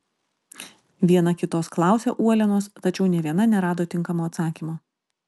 viena kitos klausė uolienos tačiau nė viena nerado tinkamo atsakymo